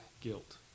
guilt